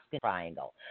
Triangle